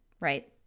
right